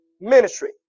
ministry